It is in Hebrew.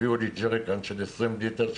הביאו לי ג'ריקן של 20 ליטר מים,